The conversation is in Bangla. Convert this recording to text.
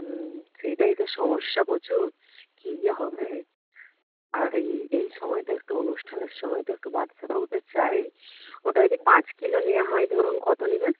সেইটাই তো সমস্যা প্রচুর কি যে হবে আর এই এই সময় তো একটু অনুষ্ঠানের সময় তো একটু বাদশাভোগটা চাই ওটা যদি পাঁচ কিলো নেওয়া হয় ধরুন কতো নেবেন